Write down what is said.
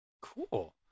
Cool